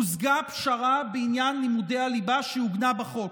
הושגה פשרה בעניין לימודי הליבה שעוגנה בחוק.